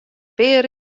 pear